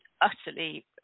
utterly